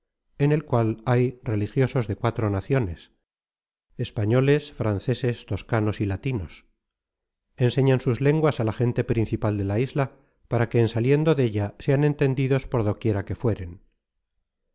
en el cual hay religiosos de cuatro naciones españoles franceses toscanos y latinos enseñan sus lenguas á la gente principal de la isla para que en saliendo della sean entendidos por do quiera que fueren